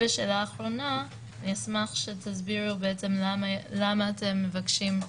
ושאלה אחרונה אשמח תסבירו בעצם למה אתם מבקשים על